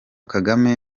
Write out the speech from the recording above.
kagame